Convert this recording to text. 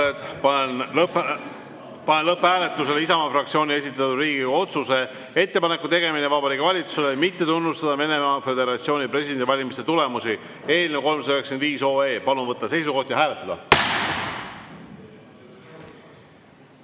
Panen lõpphääletusele Isamaa fraktsiooni esitatud Riigikogu otsuse "Ettepaneku tegemine Vabariigi Valitsusele mitte tunnustada Venemaa Föderatsiooni presidendivalimiste tulemusi" eelnõu 395. Palun võtta seisukoht ja hääletada!